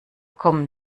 kommen